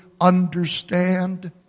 understand